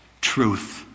Truth